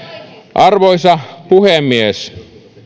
arvoisa puhemies